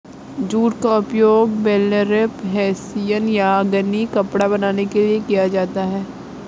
jute का उपयोग burlap hessian या गनी कपड़ा बनाने के लिए किया जाता है